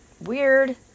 Weird